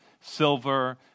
silver